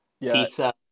Pizza